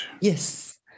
Yes